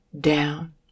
down